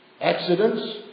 accidents